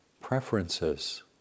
preferences